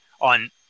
on